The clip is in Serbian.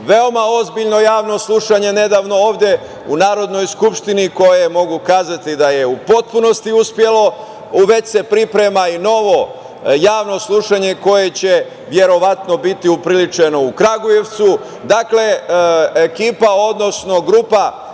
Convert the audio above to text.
veoma ozbiljno javno slušanje nedavno ovde u Narodnoj skupštini, koje mogu kazati da je u potpunosti uspelo. Već se priprema i novo javno slušanje koje će verovatno biti upriličeno u Kragujevcu. Grupa okupljena u